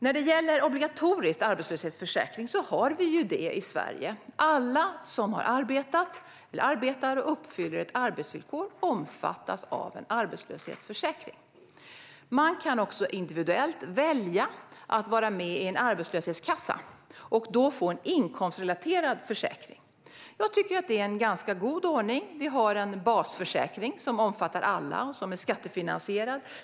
När det gäller obligatorisk arbetslöshetsförsäkring finns en sådan i Sverige. Alla som har arbetat eller arbetar uppfyller ett arbetsvillkor, och de omfattas av en arbetslöshetsförsäkring. Man kan också individuellt välja att vara med i en arbetslöshetskassa och då få en inkomstrelaterad försäkring. Jag tycker att detta är en god ordning. Det finns en basförsäkring som omfattar alla och som är skattefinansierad.